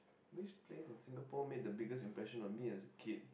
which place in Singapore made the biggest impression on me as a kid